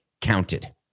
counted